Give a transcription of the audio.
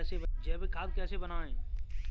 जैविक खाद कैसे बनाएँ?